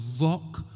rock